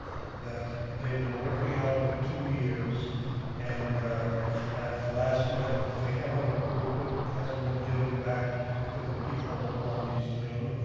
that they've been working on for two years and at the last minute, they haven't approved it, it hasn't been given back to the people in lundy's lane,